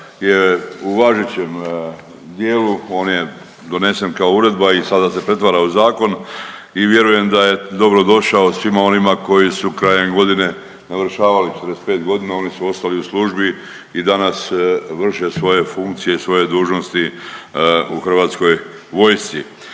je u važećem dijelu, on je donesen kao uredba i sada se pretvara u zakon i vjerujem da je dobrodošao svima onima koji su krajem godine navršavali 45. g., oni su ostali u službi i danas vrše svoje funkcije i svoje dužnosti u Hrvatskoj vojsci.